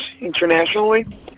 internationally